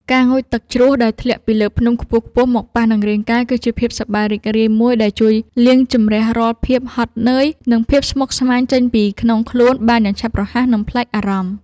ការងូតទឹកជ្រោះដែលធ្លាក់ពីលើភ្នំខ្ពស់ៗមកប៉ះនឹងរាងកាយគឺជាភាពសប្បាយរីករាយមួយដែលជួយលាងជម្រះរាល់ភាពហត់នឿយ និង ភាពស្មុគស្មាញចេញពីក្នុងខ្លួនបានយ៉ាងឆាប់រហ័ស និង ប្លែកអារម្មណ៍។